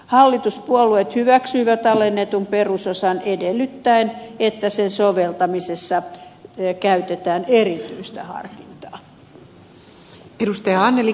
hallituspuolueet hyväksyivät alennetun perusosan edellyttäen että sen soveltamisessa käytetään erityistä harkintaa